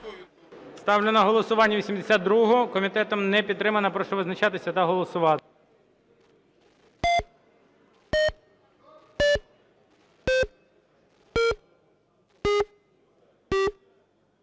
Ставлю її на голосування. 99-а. Комітетом не підтримана. Прошу визначатися та голосувати.